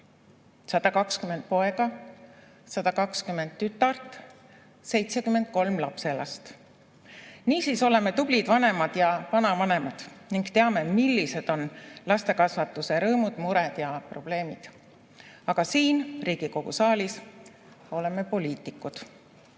120 poega, 120 tütart, 73 lapselast. Niisiis oleme tublid vanemad ja vanavanemad ning teame, millised on lastekasvatuse rõõmud, mured ja probleemid. Aga siin, Riigikogu saalis oleme poliitikud.